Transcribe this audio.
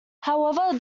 however